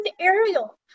Ariel